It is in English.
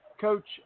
Coach